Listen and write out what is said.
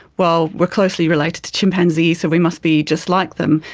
well, we are closely related to chimpanzees so we must be just like them,